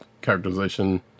characterization